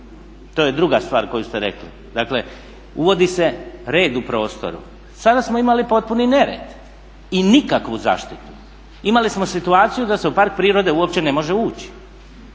To je druga stvar koju ste rekli, dakle uvodi se red u prostoru. Sada smo imali potpuni nered i nikakvu zaštitu. Imali smo situaciju da se u park prirode uopće ne može ući,